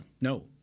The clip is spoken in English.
No